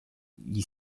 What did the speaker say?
gli